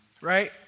right